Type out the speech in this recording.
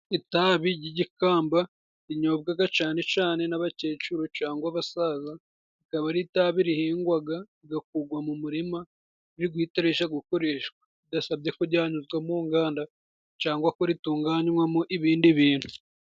Itabi ry'igikamba rinyobwaga cane cane n'abakecuru cangwa abasaza, rikaba ari itabi rihingwaga rigakugwa mu murima riri guhita rija gukoreshwa, bidasabye ko ryanyuzwa mu nganda cangwa ko ritunganywamo ibindi bintu.